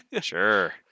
Sure